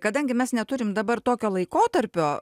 kadangi mes neturim dabar tokio laikotarpio